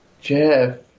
Jeff